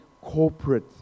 corporate